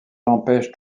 l’empêche